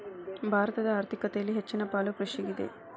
ಭಾರತದ ಆರ್ಥಿಕತೆಯಲ್ಲಿ ಹೆಚ್ಚನ ಪಾಲು ಕೃಷಿಗಿದೆ